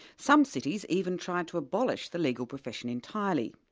some cities even tried to abolish the legal profession entirely.